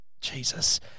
Jesus